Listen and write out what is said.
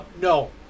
No